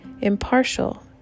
impartial